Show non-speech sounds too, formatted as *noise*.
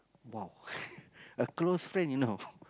!wow! *breath* a close friend you know of